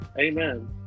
Amen